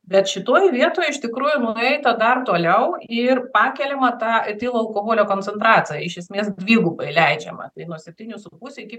bet šitoj vietoj iš tikrųjų nueita dar toliau ir pakeliama ta etilo alkoholio koncentracija iš esmės dvigubai leidžiama tai nuo septynių su puse iki iki